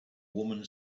woman